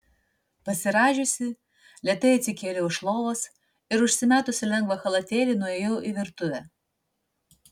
pasirąžiusi lėtai atsikėliau iš lovos ir užsimetusi lengvą chalatėlį nuėjau į virtuvę